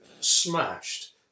Smashed